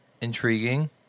intriguing